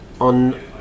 on